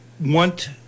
want